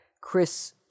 Chris